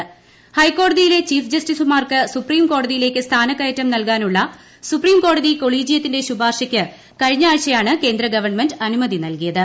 ഹൈക്കോടതിയിലും ഹൈക്കോടതിയിലെ ചീഫ്ജസ്റ്റിസുമാർക്ക് സുപ്രീംകോടതിയിലേക്ക് സ്ഥാനക്കയറ്റം നൽകാനുള്ള സുപ്രീംകോടതി കൊളീജിയത്തിന്റെ ശുപാർശയ്ക്ക് കഴിഞ്ഞ ആഴ്ചയാണ് കേന്ദ്ര ഗവൺമെന്റ് അനുമതി നൽകിയത്